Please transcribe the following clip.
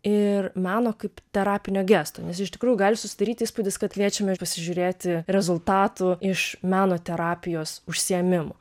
ir meno kaip terapinio gesto nes iš tikrųjų gali susidaryti įspūdis kad kviečiame pasižiūrėti rezultatų iš meno terapijos užsiėmimų